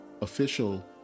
Official